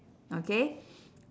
okay